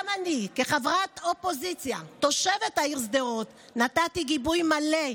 גם אני כחברת אופוזיציה תושבת העיר שדרות נתתי גיבוי מלא,